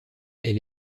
elle